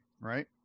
right